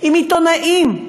עם עיתונאים,